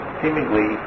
seemingly